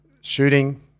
shooting